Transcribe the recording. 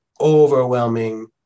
overwhelming